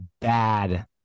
bad